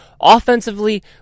Offensively